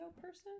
person